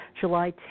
July